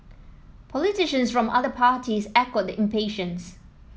politicians from other parties echoed the impatience